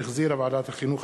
שהחזירה ועדת החינוך,